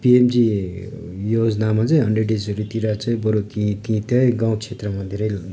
P M G योजनामा चाहिँ hundred डेजहरूतिर चाहिँ बरु ती त्यही गाउँ क्षेत्रमातिरै